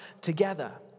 together